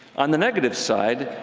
on the negative side,